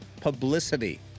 publicity